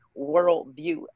worldview